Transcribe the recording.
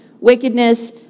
wickedness